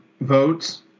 votes